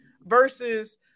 Versus